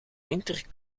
winter